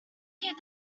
keep